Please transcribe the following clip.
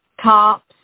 cops